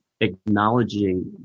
acknowledging